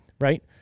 right